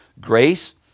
Grace